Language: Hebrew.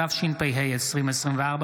התשפ"ה 2024,